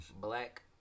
Black